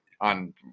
on